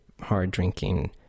hard-drinking